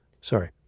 sorry